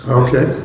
okay